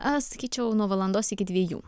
aš sakyčiau nuo valandos iki dviejų